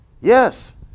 Yes